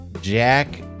Jack